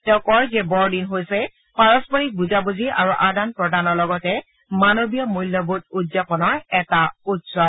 তেওঁ কয় যে বৰদিন হৈছে পাৰস্পৰিক বুজাবুজি আৰু আদান প্ৰদানৰ লগতে মানৱীয় মূল্যবোধ উদযাপনৰ এটা উৎসৱ